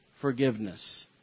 forgiveness